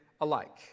alike